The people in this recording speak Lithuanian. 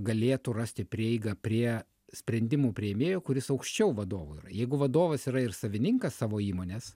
galėtų rasti prieigą prie sprendimų priėmėjo kuris aukščiau vadovo yra jeigu vadovas yra ir savininkas savo įmonės